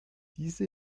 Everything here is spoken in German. diese